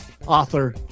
Author